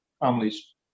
families